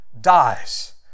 dies